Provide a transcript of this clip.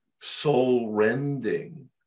soul-rending